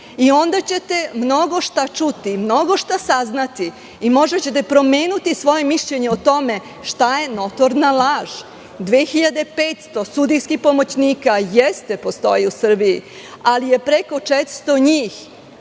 i onda ćete mnogo šta čuti, mnogo šta saznati i možda ćete promeniti svoje mišljenje o tome šta je notorna laž. Dve hiljade i petsto sudijskih pomoćnika postoji u Srbiji, ali je preko 400 njih